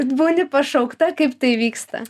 būni pašaukta kaip tai vyksta